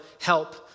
help